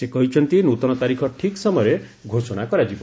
ସେ କହିଛନ୍ତି ନୃତନ ତାରିଖ ଠିକ୍ ସମୟରେ ଘୋଷଣା କରାଯିବ